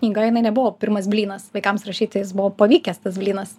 knyga jinai nebuvo pirmas blynas vaikams rašyti jis buvo pavykęs tas blynas